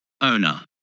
owner